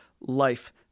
life